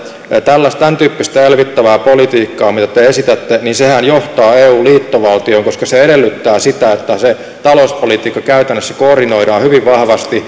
tämäntyyppistä elvyttävää politiikkaa mitä te esitätte niin sehän johtaa eu liittovaltioon koska se edellyttää sitä että se talouspolitiikka käytännössä koordinoidaan hyvin vahvasti